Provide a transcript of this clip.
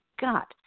got